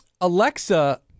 Alexa